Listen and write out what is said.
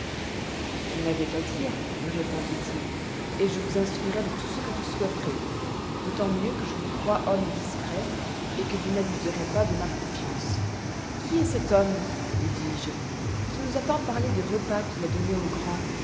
vous n'avez qu'à dire me répondit-il et je vous instruirai de tout ce que vous souhaiterez d'autant mieux que je vous crois homme discret et que vous n'abuserez pas de ma confiance qui est cet homme lui dis-je qui nous a tant parlé des repas qu'il a donnés aux grands